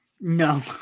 No